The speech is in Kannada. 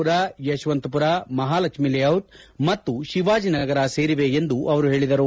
ಪುರ ಯಶವಂತಪುರ ಮಹಾಲಕ್ಷ್ಮಿ ಲೇಔಟ್ ಮತ್ತು ಶಿವಾಜಿನಗರ ಸೇರಿವೆ ಎಂದು ಅವರು ಹೇಳಿದರು